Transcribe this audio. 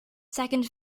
second